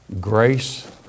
grace